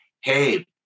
hey